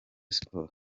sport